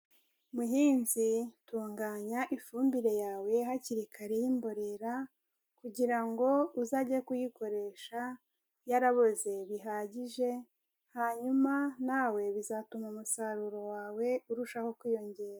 Muhinzi tunganya ifumbire yawe hakiri kare y'imborera, kugira ngo uzajye kuyikoresha yaraboze bihagije, hanyuma nawe bizatuma umusaruro wawe urushaho kwiyongera.